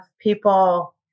people